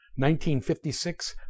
1956